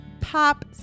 pop